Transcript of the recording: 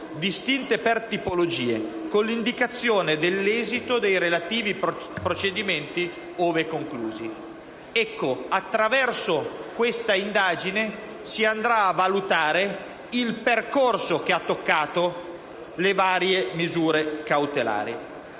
distinte per tipologie, con l'indicazione dell'esito dei relativi procedimenti, ove conclusi». Attraverso questa indagine si andrà a valutare il percorso che ha toccato le varie misure cautelari.